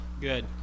good